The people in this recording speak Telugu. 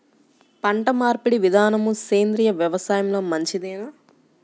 పంటమార్పిడి విధానము సేంద్రియ వ్యవసాయంలో మంచిదేనా?